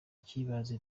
icy’ibanze